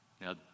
Now